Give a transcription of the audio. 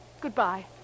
Goodbye